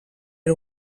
era